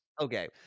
Okay